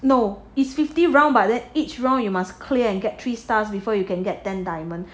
no is fifty round but then each round you must clear and get three stars before you can get ten diamond